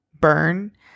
burn